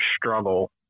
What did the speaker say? struggle